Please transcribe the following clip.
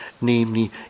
namely